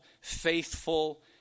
faithful